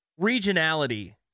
regionality